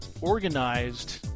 organized